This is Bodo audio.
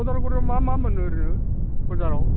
उदालगुरियाव मा मा मोनो ओरैनो बाजाराव